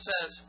says